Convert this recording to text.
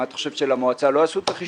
אתה חושב שלמועצה לא עשו את החישוב?